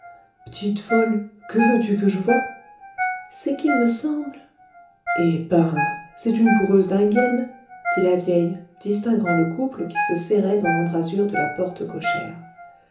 p'tite folle queu veux-tu que j'voie c'est qu'il me semble eh ben c'est une coureuse d'inguienne dit la vieille distinguant le couple qui se serrait dans l'embrasure de la porte cochère